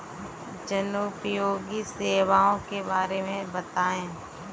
जनोपयोगी सेवाओं के बारे में बताएँ?